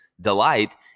delight